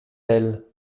elle